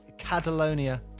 Catalonia